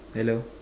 hello